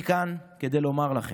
אני כאן כדי לומר לכם: